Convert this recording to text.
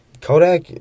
Kodak